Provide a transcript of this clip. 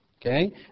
Okay